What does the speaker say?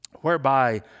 whereby